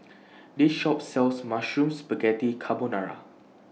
This Shop sells Mushroom Spaghetti Carbonara